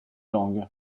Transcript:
langue